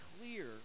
clear